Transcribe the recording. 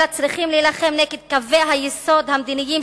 אלא צריכים להילחם נגד קווי היסוד המדיניים